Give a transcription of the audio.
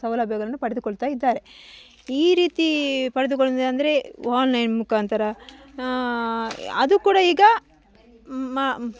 ಸೌಲಭ್ಯಗಳನ್ನ ಪಡೆದುಕೊಳ್ತಾ ಇದ್ದಾರೆ ಈ ರೀತಿ ಪಡೆದುಕೊಳ್ಳುವುದು ಅಂದರೆ ಆನ್ಲೈನ್ ಮುಖಾಂತರ ಅದು ಕೂಡ ಈಗ ಮ